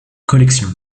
collection